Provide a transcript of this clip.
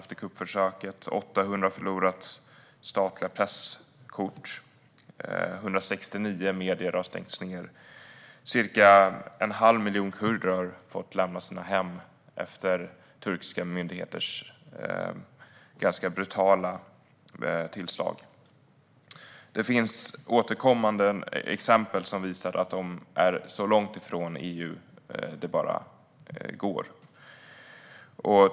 800 har förlorat statliga presskort, 169 medier har stängts ned och cirka en halv miljon kurder har fått lämna sina hem efter ganska brutala tillslag från turkiska myndigheter. Det finns återkommande exempel på att Turkiet är så långt ifrån EU det bara går.